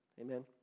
Amen